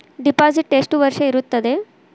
Deposit ಎಷ್ಟು ವರ್ಷ ಇರುತ್ತದೆ?